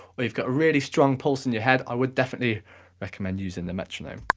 when you've got a really strong pulse in your head, i would definitely recommend using the metronome.